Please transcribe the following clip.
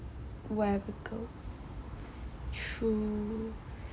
whatever goes true